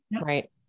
right